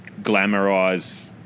glamorize